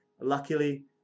luckily